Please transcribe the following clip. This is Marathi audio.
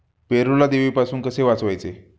पेरूला देवीपासून कसे वाचवावे?